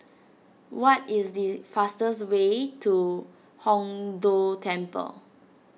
what is the fastest way to Hong Tho Temple